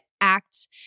act